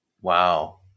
Wow